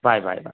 bye bye bye